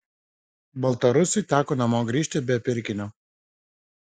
baltarusiui teko namo grįžti be pirkinio